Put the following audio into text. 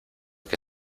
que